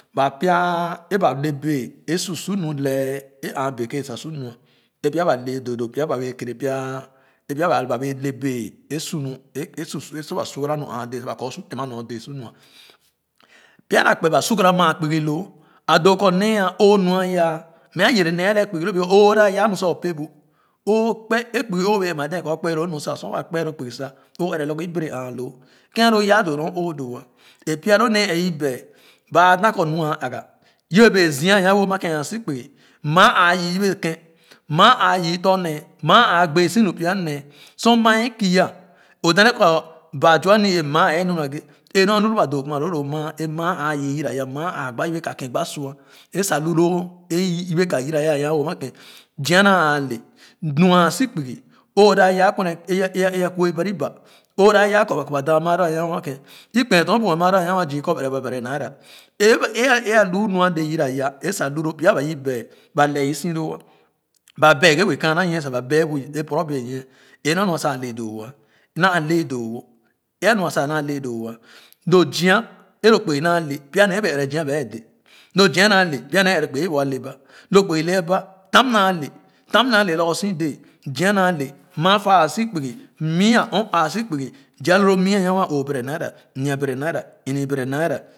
Pa pya e ba le bee eˉ su su nu lee eˉ aa beke sa su nua pya le doo doo pya bee kere pya eˉ pya ba loo bee le bee e su nu eˉ su ba sugara nu aa dee eˉsa ba o su tema nyor dee su nua, pya loo a kpee ba sugara maa kpugo loo adoo kɔ nee aa o'o nu a yaa mɛ a yere nee a le kpugi loo because o da yaa nu sa o pee bu o kpe eˉ kpugi o bee ɛn-ma dee kɔ o kpe loo nu sa sor waa kpe lo kpugi sa o ɛrɛ lorgor o bere aa loo ke'n alo yaa doo nor o'o doo ah eˉpya lo nee a i bɛa baa aa dan kɔ nu aa ayah yebe bee zia a wan wo amake'n eˉ ona so kpugi maa a yii yebe ke'n maa ayii tɔ̃ nee maa a gbe-so nu pya nee sor maa eˉ kiah o da nee kɔ ba baa zua ni-ee maa eˉ lu naghe eˉ nu a'lu nu doo kuma loo lo maa e maa aayii yere ya maa a gba yebe kaken gba sua eˉ sa lu loo eˉ yii yebe ka yera yah a nwan wo ama ke'n zia naa le nu aa so kpugi o da yaa kwɛne eya eya eya a kure Bari ba o daa yaa koba koba dee maa loo a ma ke'n eˉ kpee tɔr buma maa loˉ nwan wo zoi cup ɛre ba bɛrɛ naira eˉ ba eˉ a lu nu ale yere ya sa lu loo pya ba ii bee ba lee oso loo ba bɛɛ eˉ with poro benyie eˉ lua nua sa a lee doo woa naa le doo wo eˉ nua sa a naa le doo woa lo zia eˉlo kpugi naa le pya nee ee bee ɛrɛ zia ba deˉˈ lo zia naa le pya eˉ ɛrɛ kpugo eˉ bee waa le ba lo kpugi le a ba tam naa le tam naa le lorgor so dee zia naa le maa fa a so kpugo mii a ɔɔ a so kpugi zii a lolo mii amoa u'o o'oo bɛrɛ naora nwa bɛrɛ naira ono bɛrɛ naira.